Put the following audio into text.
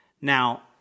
Now